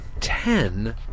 Ten